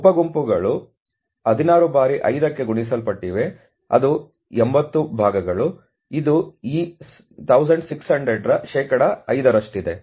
ಆದ್ದರಿಂದ ಉಪ ಗುಂಪುಗಳು 16 ಬಾರಿ 5 ಕ್ಕೆ ಗುಣಿಸಲ್ಪಟ್ಟಿವೆ ಅದು 80 ಭಾಗಗಳು ಇದು ಈ 1600 ರ ಶೇಕಡಾ 5 ರಷ್ಟಿದೆ